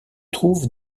trouve